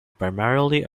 primarily